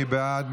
מי בעד?